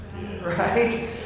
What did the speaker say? right